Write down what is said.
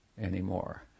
anymore